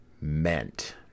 meant